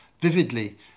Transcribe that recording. vividly